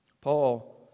Paul